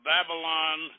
Babylon